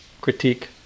critique